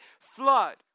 flood